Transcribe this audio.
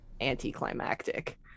anticlimactic